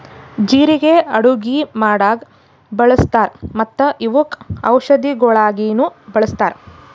ಜೀರಿಗೆ ಅಡುಗಿ ಮಾಡಾಗ್ ಬಳ್ಸತಾರ್ ಮತ್ತ ಇವುಕ್ ಔಷದಿಗೊಳಾಗಿನು ಬಳಸ್ತಾರ್